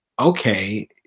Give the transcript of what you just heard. okay